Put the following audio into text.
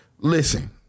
listen